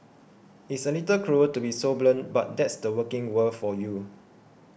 it's a little cruel to be so blunt but that's the working world for you